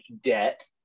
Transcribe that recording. debt